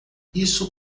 isso